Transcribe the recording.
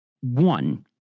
one